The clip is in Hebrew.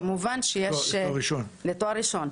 לתואר ראשון.